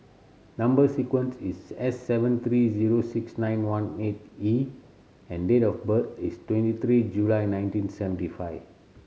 number sequence is S seven three zero six nine one eight E and date of birth is twenty three July nineteen seventy five